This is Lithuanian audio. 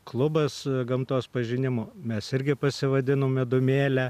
klubas gamtos pažinimo mes irgi pasivadinom medumėle